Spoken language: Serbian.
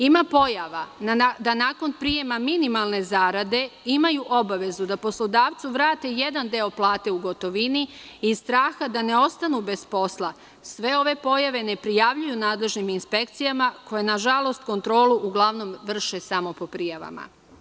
Ima pojava da nakon prijema minimalne zarade imaju obavezu da poslodavcu vrate jedan deo plate u gotovini i iz straha da ne ostanu bez posla sve ove pojave ne prijavljuju nadležnim inspekcijama koje nažalost kontrolu uglavnom vrše samo po prijavama.